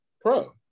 pro